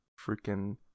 freaking